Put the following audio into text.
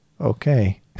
okay